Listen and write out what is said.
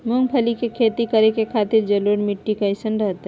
मूंगफली के खेती करें के खातिर जलोढ़ मिट्टी कईसन रहतय?